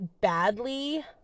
badly